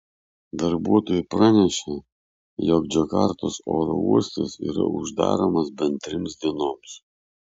darbuotojai pranešė jog džakartos oro uostas yra uždaromas bent trims dienoms